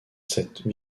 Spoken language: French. cette